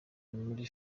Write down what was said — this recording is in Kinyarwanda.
muri